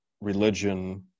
religion